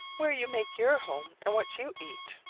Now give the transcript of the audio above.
where you make your home and what you eat.